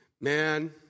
Man